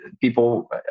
people